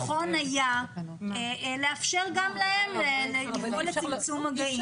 נכון היה לאפשר גם להם לפעול בצמצום מגעים.